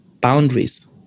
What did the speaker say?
boundaries